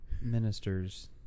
ministers